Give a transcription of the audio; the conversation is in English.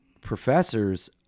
professors